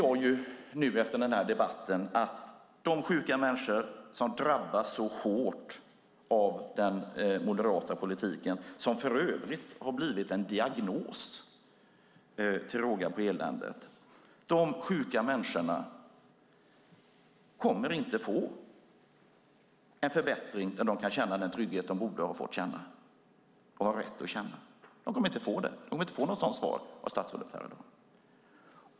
Jag inser nu efter den här debatten att de sjuka människor som drabbas så hårt av den moderata politiken, som för övrigt har blivit en diagnos till råga på eländet, inte kommer att få en förbättring där de kan känna den trygghet de borde ha fått känna och har rätt att känna. De kommer inte att få det. De kommer inte att få något sådant svar av statsrådet här i dag.